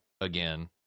again